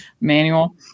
manual